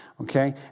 Okay